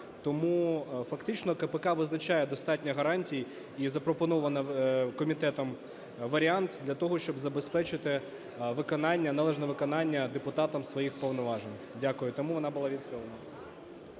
Тому фактично КПК визначає достатньо гарантій і запропоновано комітетом варіант для того, щоб забезпечити виконання, належне виконання депутатом своїх повноважень. Дякую. Тому вона була відхилена.